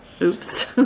Oops